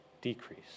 decrease